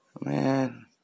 Man